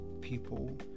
people